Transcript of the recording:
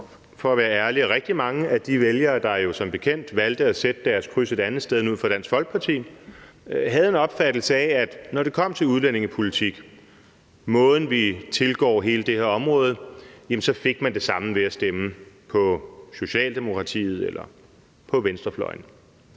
for at være ærlig, at rigtig mange af de vælgere, der jo som bekendt valgte at sætte deres kryds et andet sted end ud for Dansk Folkeparti, havde en opfattelse af, at når det kom til udlændingepolitik, måden, vi tilgår hele det her område på, så fik man det samme ved at stemme på Socialdemokratiet eller på venstrefløjen.